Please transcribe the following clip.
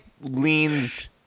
leans